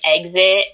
exit